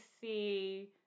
see